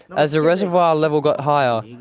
as the reservoir level got higher,